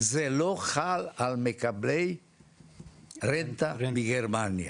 שזה לא חל על מקבלי רנטה מגרמניה.